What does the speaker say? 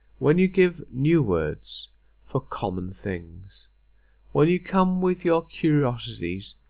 when you give new words for common things when you come with your curiosities,